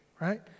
right